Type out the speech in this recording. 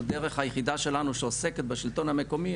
דרך היחידה שלנו שעוסקת בשלטון המקומי,